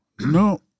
No